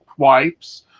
wipes